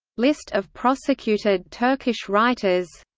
list of prosecuted turkish writers